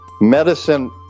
medicine